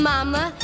Mama